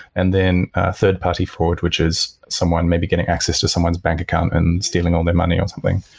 and then third-party fraud, which is someone maybe getting access to someone's bank account and stealing all their money or something.